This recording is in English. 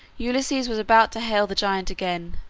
ulysses was about to hail the giant again,